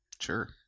Sure